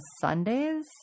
Sundays